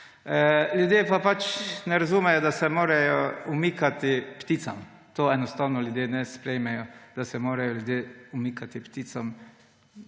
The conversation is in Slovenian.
Ljudje pa pač ne razumejo, da se morajo umikati pticam. Tega enostavno ljudje ne sprejmejo, da se morajo ljudje umikati pticam.